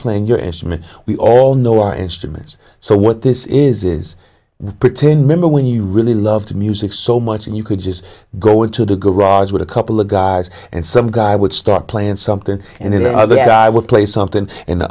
playing your instrument we all know our instruments so what this is is putting member when you really loved music so much and you could just go into the garage with a couple of guys and some guy would start playing something and then the other guy would play something and the